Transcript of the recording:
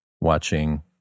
watching